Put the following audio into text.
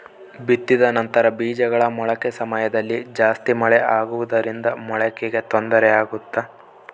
ಬಿತ್ತಿದ ನಂತರ ಬೇಜಗಳ ಮೊಳಕೆ ಸಮಯದಲ್ಲಿ ಜಾಸ್ತಿ ಮಳೆ ಆಗುವುದರಿಂದ ಮೊಳಕೆಗೆ ತೊಂದರೆ ಆಗುತ್ತಾ?